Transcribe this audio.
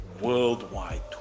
worldwide